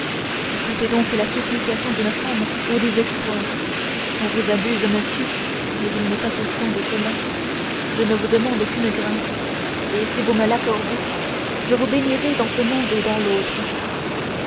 écoutez donc la supplication d'une femme au désespoir on vous abuse monsieur mais il n'est pas question de cela je ne vous demande qu'une grâce et si vous me l'accordez je vous bénirai dans ce monde et dans l'autre